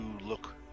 look